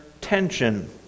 tension